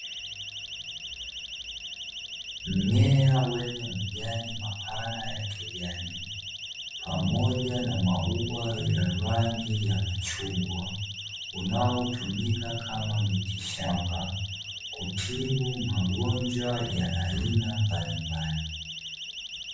Mimea wenye majani mapana ya kijani pamoja na maua ya rangi ya machungwa, unaotumika kama mitishamba kutibu magonjwa ya aina mbalimbali.